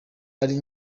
ari